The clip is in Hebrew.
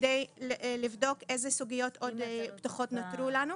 כדי לבדוק איזה סוגיות עוד פתוחות נותרו לנו,